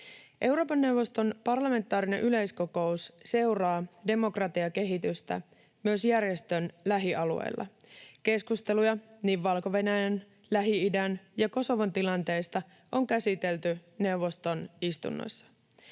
Euroopan neuvoston parlamentaarinen yleiskokous seuraa demokratiakehitystä myös järjestön lähialueilla. Keskusteluja niin Valko-Venäjän, Lähi-idän ja Kosovon tilanteista on käsitelty neuvoston istunnoissa.